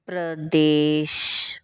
Pradesh